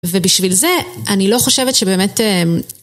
ובשביל זה אני לא חושבת שבאמת אה..